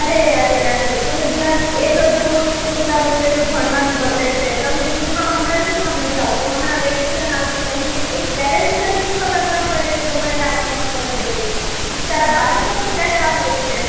અરે અરે અરે તમે જરાક એ તો જુઓ કે છોકરાઓનું કેટલું ભણવાનું બગડે છે તમે ટુરમાં હમણાં શું કામ જાવ છો હમણાં વેકેશન આવશે એક પેરેન્ટ્સ તરીકે ખબર ના પડે કે તમારે આવું ના કરવું જોઈયે બિચારા બાળકો તો જતાં હોય છે